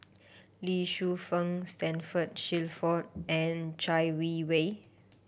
Lee Shu Fen Standford Shelford and Chai Yee Wei